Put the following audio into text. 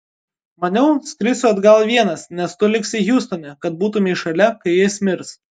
maniau skrisiu atgal vienas nes tu liksi hjustone kad būtumei šalia kai jis mirs